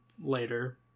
later